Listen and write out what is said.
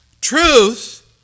truth